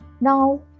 Now